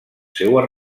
seues